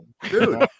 dude